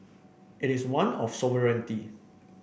it is one of sovereignty